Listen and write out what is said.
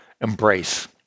embrace